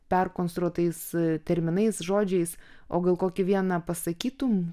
perkonstruotais terminais žodžiais o gal kokį vieną pasakytum